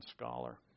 scholar